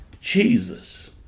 Jesus